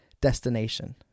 destination